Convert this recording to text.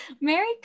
Merry